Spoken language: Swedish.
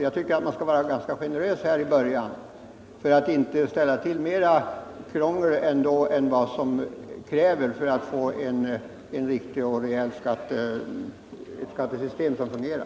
Jag tycker att man bör vara ganska generös i början för att inte ställa till mera krångel än vad som krävs för att få ett skattesystem som fungerar.